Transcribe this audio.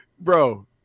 bro